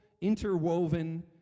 interwoven